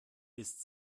ist